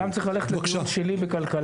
אני גם צריך ללכת לדיון שלי בכלכלה.